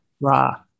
Ra